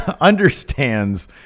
understands